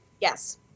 Yes